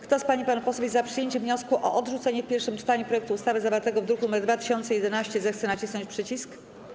Kto z pań i panów posłów jest za przyjęciem wniosku o odrzucenie w pierwszym czytaniu projektu ustawy zawartego w druku nr 2011, zechce nacisnąć przycisk.